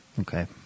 okay